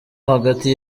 hagati